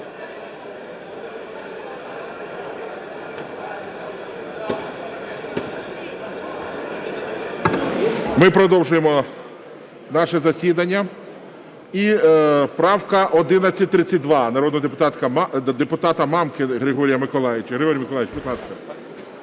Ми продовжуємо наше засідання. І правка 1132 народного депутата Мамки Григорія Миколайовича. Григорій Миколайович, будь ласка.